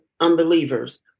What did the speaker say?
unbelievers